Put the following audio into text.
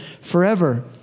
forever